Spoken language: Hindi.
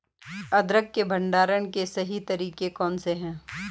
अदरक के भंडारण के सही तरीके कौन से हैं?